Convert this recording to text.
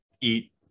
eat